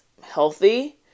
healthy